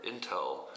intel